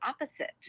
opposite